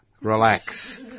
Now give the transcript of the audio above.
Relax